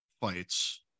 fights